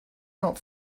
not